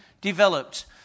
developed